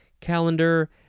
calendar